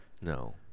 No